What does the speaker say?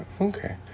Okay